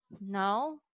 No